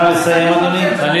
אני לא שלמה, מה לעשות.